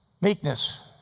meekness